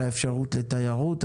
על האפשרות לתיירות,